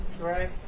Right